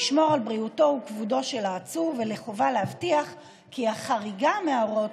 לשמור על בריאותו וכבודו של העצור ולחובה להבטיח כי החריגה מההוראות